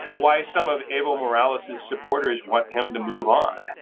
why some of evo morales his supporters want him to move on.